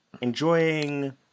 Enjoying